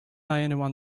anyone